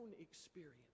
experience